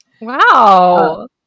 Wow